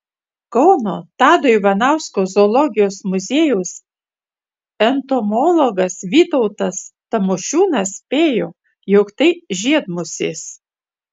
kauno tado ivanausko zoologijos muziejaus entomologas vytautas tamošiūnas spėjo jog tai žiedmusės